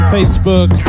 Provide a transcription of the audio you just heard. Facebook